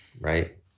Right